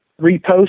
repost